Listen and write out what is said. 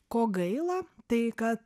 ko gaila tai kad